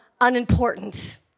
unimportant